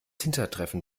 hintertreffen